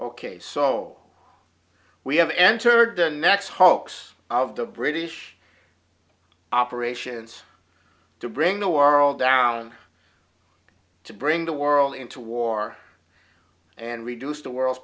ok so we have entered the next hoax of the british operations to bring the our all down to bring the world into war and reduce the world's